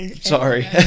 Sorry